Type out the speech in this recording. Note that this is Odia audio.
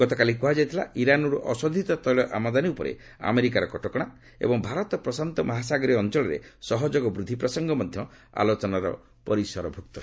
ଗତକାଲି କୁହାଯାଇଥିଲା ଇରାନ୍ରୁ ଅଶୋଧିତ ତେିଳ ଆମଦାନୀ ଉପରେ ଆମେରିକାର କଟକଣା ଏବଂ ଭାରତ ପ୍ରଶାନ୍ତ ମହାସାଗୀୟ ଅଞ୍ଚଳରେ ସହଯୋଗ ବୃଦ୍ଧି ପ୍ରସଙ୍ଗ ମଧ୍ୟ ଆଲୋଚନା ପରିସରଭୁକ୍ତ ହେବ